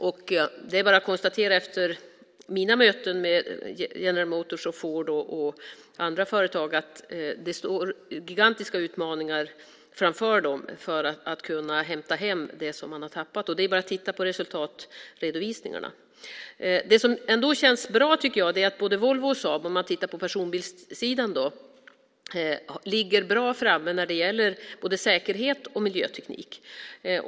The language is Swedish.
Efter mina möten med General Motors, Ford och andra företag är det bara att konstatera att de står inför gigantiska utmaningar när det gäller att kunna hämta hem det man tappat; det är bara att titta på resultatredovisningarna. Det som ändå känns bra är, tycker jag, att både Volvo och Saab på personbilssidan ligger väl framme när det gäller både säkerhet och miljöteknik.